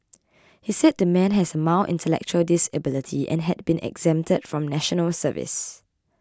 he said the man has a mild intellectual disability and had been exempted from National Service